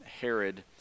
Herod